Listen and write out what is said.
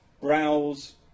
browse